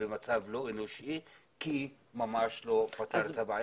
במצב לא אנושי כי ממש לא פתר את הבעיה.